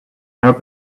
her